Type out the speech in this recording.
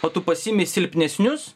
o tu pasiimi silpnesnius